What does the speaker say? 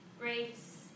Grace